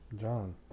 John